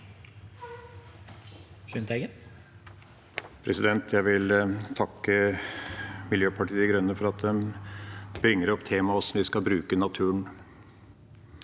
Jeg vil takke Miljøpartiet De Grønne for at de bringer opp temaet om hvordan vi skal bruke naturen.